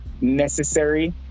necessary